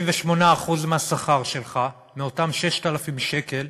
38% מהשכר שלך, מאותם 6,000 שקל,